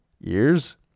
years